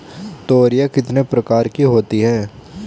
तोरियां कितने प्रकार की होती हैं?